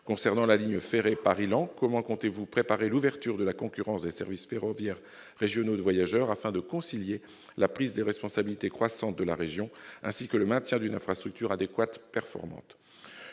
Concernant la ligne ferrée Paris-Laon, comment compte-t-il préparer l'ouverture à la concurrence des services ferroviaires régionaux de voyageurs, afin de concilier la prise de responsabilité croissante de la région et le maintien d'une infrastructure adéquate et performante ?